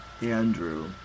Andrew